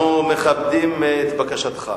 אנחנו מכבדים את בקשתך.